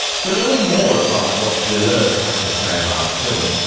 to learn more about what deleuze had to say about film,